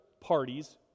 parties